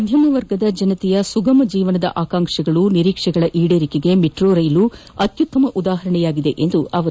ಮಧ್ಯಮ ವರ್ಗ ಜನರ ಸುಗಮ ಜೀವನದ ಆಕಾಂಕ್ಷೆಗಳ ಈಡೇರಿಕೆಗೆ ಮೆಟ್ರೋ ರೈಲು ಅತ್ಯುತ್ತಮ ಉದಾಹರಣೆಯಾಗಿದೆ ಎಂದರು